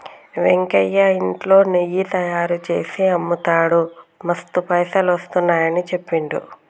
వెంకయ్య ఇంట్లో నెయ్యి తయారుచేసి అమ్ముతాడు మస్తు పైసలు వస్తున్నాయని చెప్పిండు